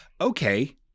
Okay